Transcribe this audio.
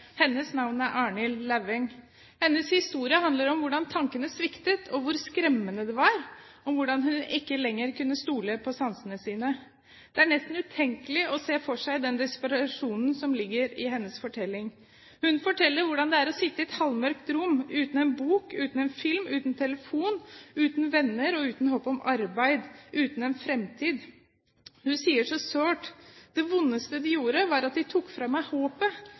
Hennes navn var Arnhild Lauveng. Hennes historie handlet om hvordan tankene sviktet, om hvor skremmende det var, om hvordan hun ikke lenger kunne stole på sansene sine. Det er nesten utenkelig å se for seg den desperasjonen som ligger i hennes fortelling. Hun forteller hvordan det er å sitte i et halvmørkt rom uten en bok, uten en film, uten telefon, uten venner, uten håp om arbeid, uten en fremtid. Hun sier så sårt: Det vondeste de gjorde, var at de tok fra meg håpet.